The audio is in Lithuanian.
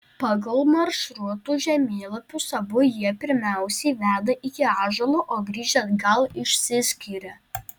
pagal maršrutų žemėlapius abu jie pirmiausiai veda iki ąžuolo o grįžę atgal išsiskiria